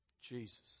Jesus